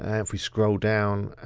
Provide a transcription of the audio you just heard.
ah if we scroll down,